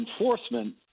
enforcement